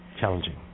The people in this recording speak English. challenging